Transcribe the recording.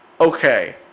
okay